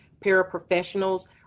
paraprofessionals